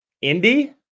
Indy